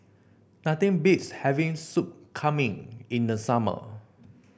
nothing beats having Soup Kambing in the summer